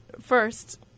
first